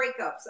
breakups